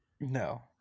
No